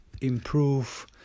improve